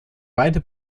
beide